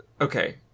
okay